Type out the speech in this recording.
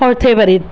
সৰ্থেবাৰীত